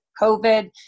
COVID